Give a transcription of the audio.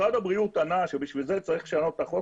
משרד הבריאות ענה שבשביל זה צריך לשנות את החוק,